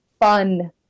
fun